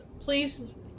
Please